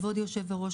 כבוד היושב-ראש,